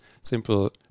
simple